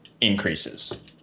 increases